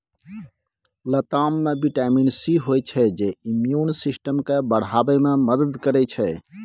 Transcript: लताम मे vitamin C होइ छै जे इम्युन सिस्टम केँ बढ़ाबै मे मदद करै छै